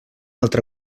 altra